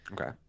Okay